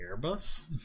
Airbus